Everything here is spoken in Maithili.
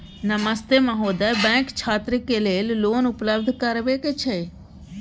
नमस्ते महोदय, बैंक छात्र के लेल लोन उपलब्ध करबे छै?